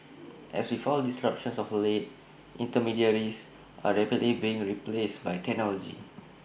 as with all disruptions of late intermediaries are rapidly being replaced by technology